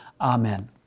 Amen